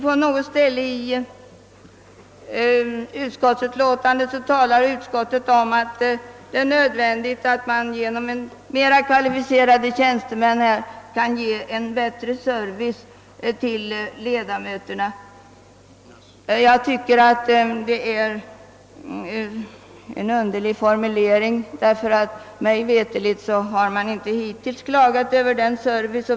På något ställe i utskottsutlåtandet säger sammansatta utskottet att det är nödvändigt att genom mera kvalificerade tjänstemän ge ledamöterna en bättre service. Jag tycker att detta är en underlig formulering, ty mig veterligen har det hittills inte klagats över servicen.